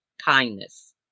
kindness